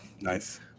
nice